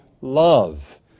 love